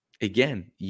again